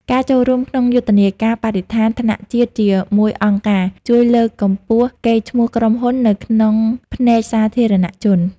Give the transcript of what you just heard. ការចូលរួមក្នុងយុទ្ធនាការបរិស្ថានថ្នាក់ជាតិជាមួយអង្គការ ជួយលើកកម្ពស់កេរ្តិ៍ឈ្មោះក្រុមហ៊ុននៅក្នុងភ្នែកសាធារណជន។